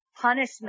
Punishment